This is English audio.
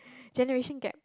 generation gap